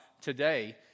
today